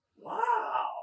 Wow